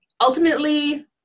ultimately